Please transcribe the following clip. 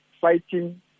fighting